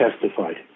testified